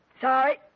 Sorry